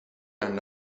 and